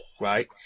right